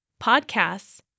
Podcasts